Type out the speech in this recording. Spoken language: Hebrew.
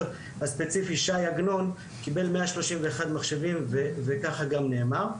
הספציפי שי עגנון קיבל 131 מחשבים וככה גם נאמר.